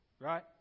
Right